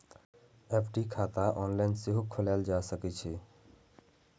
FD खाता online सेहो खोलाएल जा सकै छै